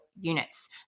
units